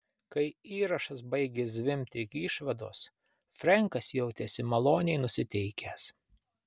kai įrašas baigė zvimbti iki išvados frenkas jautėsi maloniai nusiteikęs